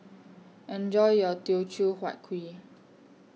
Enjoy your Teochew Huat Kuih